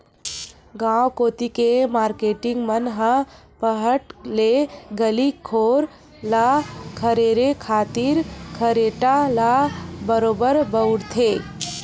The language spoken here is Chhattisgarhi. गांव कोती के मारकेटिंग मन ह पहट ले गली घोर ल खरेरे खातिर खरेटा ल बरोबर बउरथे